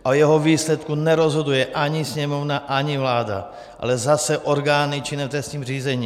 O jeho výsledku nerozhoduje ani Sněmovna, ani vláda, ale zase orgány činné v trestním řízení.